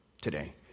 today